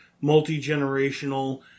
multi-generational